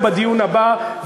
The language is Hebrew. או בדיון הבא,